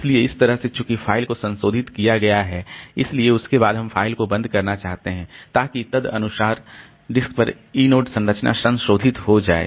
इसलिए इस तरह से चूंकि फ़ाइल को संशोधित किया गया है इसलिए उसके बाद हम फ़ाइल को बंद करना चाहते हैं ताकि तदनुसार डिस्क पर इनोड संरचना संशोधित हो जाए